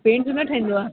parents जो न ठहंदो आहे